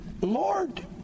Lord